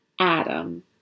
adam